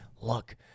look